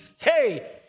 Hey